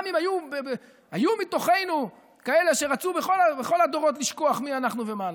גם אם היו מתוכנו כאלה שרצו בכל הדורות לשכוח מי אנחנו ומה אנחנו.